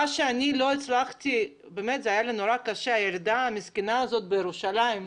היה לי קשה לראות את הילדה המסכנה הזאת בירושלים,